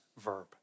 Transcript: verb